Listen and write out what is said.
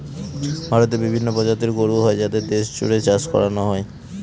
ভারতে বিভিন্ন প্রজাতির গরু হয় যাদের দেশ জুড়ে চাষ করানো হয়